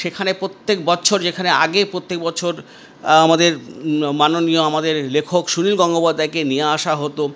সেখানে প্রত্যেক বছর যেখানে আগে প্রত্যেক বছর আমাদের মাননীয় আমাদের লেখক সুনীল গঙ্গোপাধ্যায়কে নিয়ে আসা হতো